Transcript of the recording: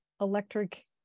electric